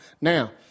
Now